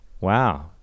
Wow